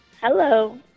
Hello